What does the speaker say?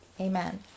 Amen